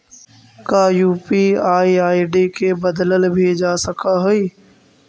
का UPI ID के बदलल भी जा सकऽ हई?